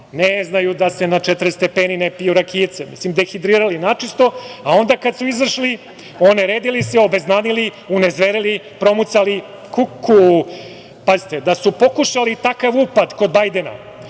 ne znaju da se na 40 stepeni ne piju rakijice, dehidrirali načisto, a onda kada su izašli, oneredili se, obeznanili, unezverili, promucali, kuku. Pazite, da su pokušali takav upad kod Bajdena,